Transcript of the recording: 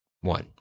one